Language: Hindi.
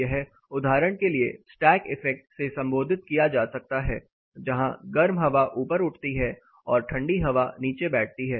यह उदाहरण के लिए स्टैक इफेक्ट से संबोधित किया जा सकता है जहां गर्म हवा ऊपर उठती है और ठंडी हवा नीचे बैठती है